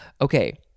Okay